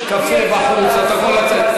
יש קפה בחוץ, אתה יכול לצאת.